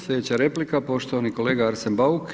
Sljedeća replika, poštovani kolega Arsen Bauk.